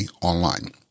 online